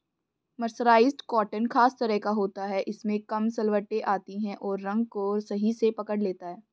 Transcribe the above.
mercerised cotton खास तरह का होता है इसमें कम सलवटें आती हैं और रंग को सही से पकड़ लेता है